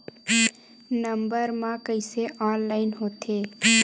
Number मा कइसे online होथे?